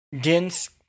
dense